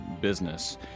business